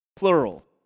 Plural